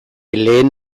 lehen